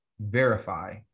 verify